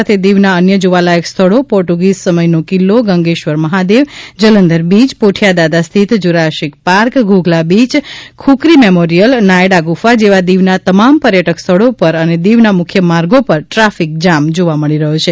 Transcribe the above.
સાથે દીવ ના અન્ય જોવાલાયક સ્થળો પોર્ટુગીઝ સમય નો કિલ્લો ગંગેશ્વર મહાદેવ જલંધર બીચ પોઠિયા દાદા સ્થિત Jurassic Park Ghoghla beach Khukri memorial Naida ગુફા જેવા દીવના તમામ પર્યટક સ્થળો પર અને દીવના મુખ્ય માર્ગો પર ટ્રાફિક જામ જોવા મળી રહી છે